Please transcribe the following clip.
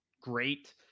great